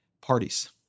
Parties